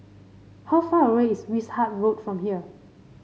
how far away is Wishart Road from here